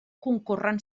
concorren